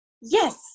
Yes